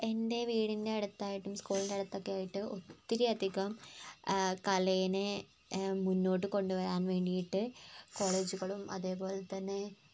എൻറ്റെ വീടിൻറ്റടുത്തായിട്ട് സ്കൂളിൻറ്റെ അടുത്തൊക്കെ ആയിട്ട് ഒത്തിരി അധികം കലയെ മുന്നോട്ട് കൊണ്ടുവരാൻ വേണ്ടിയിട്ട് കോളേജുകളും അതു പോലെ തന്നെ